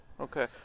Okay